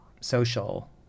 social